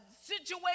situation